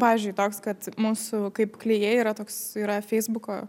pavyzdžiui toks kad mūsų kaip klijai yra toks yra feisbuko